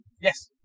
Yes